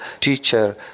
teacher